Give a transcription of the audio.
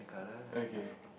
okay